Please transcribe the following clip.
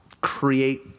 create